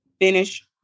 Finish